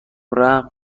رحم